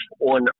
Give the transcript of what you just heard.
on